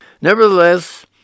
Nevertheless